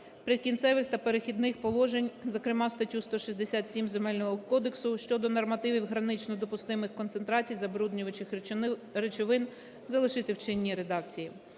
"Прикінцевих та перехідних положень", зокрема статтю 167 Земельного кодексу щодо нормативів гранично допустимих концентрацій забруднюючих речовин, залишити в чинній редакції.